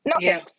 No